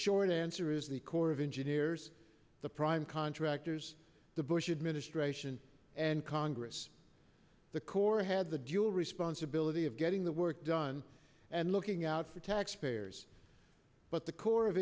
short answer is the corps of engineers the prime contractors the bush administration and congress the corps had the dual responsibility of getting the work done and looking out for taxpayers but the corps of